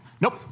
Nope